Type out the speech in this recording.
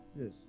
Yes